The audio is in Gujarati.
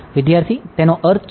વિદ્યાર્થી તેનો અર્થ છે